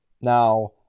Now